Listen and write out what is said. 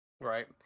right